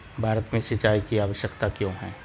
भारत में सिंचाई की आवश्यकता क्यों है?